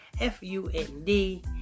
F-U-N-D